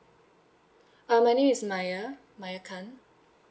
uh my name is maya maya khan